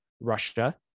Russia